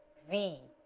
v